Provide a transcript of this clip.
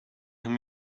him